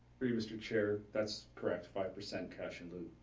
through you mr. chair, that's correct, five percent cash in lieu.